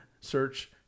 search